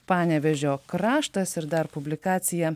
panevėžio kraštas ir dar publikacija